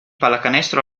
pallacanestro